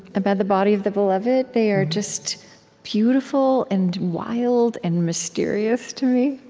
about the body of the beloved, they are just beautiful and wild and mysterious, to me